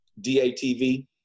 DATV